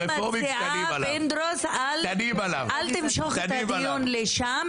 אני מציעה, פינדרוס, אל תמשוך את הדיון לשם.